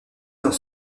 dans